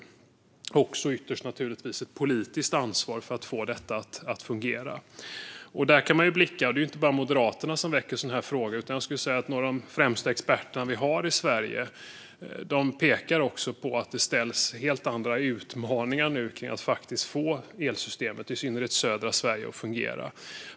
Det är också naturligtvis ytterst ett politiskt ansvar att detta ska fungera. Det är inte bara Moderaterna som väcker sådana här frågor, utan jag skulle säga att även några av de främsta experterna vi har i Sverige pekar på att det nu finns helt andra utmaningar och krav kring att faktiskt få elsystemet i synnerhet i södra Sverige att fungera.